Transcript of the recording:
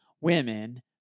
women